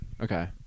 Okay